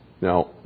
Now